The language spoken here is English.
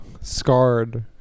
scarred